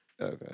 Okay